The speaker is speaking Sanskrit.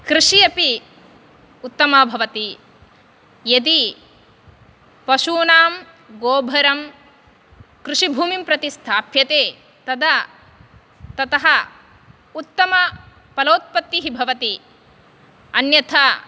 कृषि अपि उत्तमा भवति यदि पशूनां गोभरं कृषिभूमिं प्रति स्थाप्यते तदा ततः उत्तमफलोत्पत्तिः भवति अन्यथा